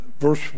Verse